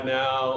now